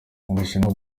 ubushinwa